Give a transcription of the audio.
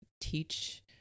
teach